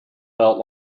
felt